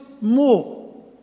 more